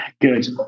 Good